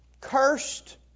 Cursed